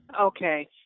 Okay